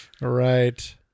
Right